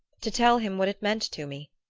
to tell him what it meant to me,